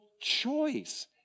choice